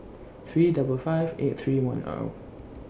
three double five eight three one O